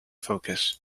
focus